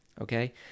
okay